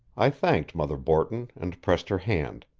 i thanked mother borton and pressed her hand,